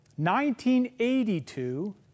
1982